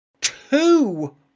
two